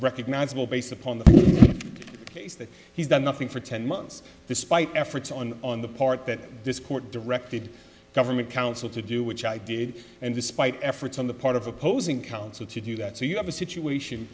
recognizable based upon the he's done nothing for ten months despite efforts on on the part that this court directed government council to do which i did and despite efforts on the part of opposing counsel to do that so you have a situation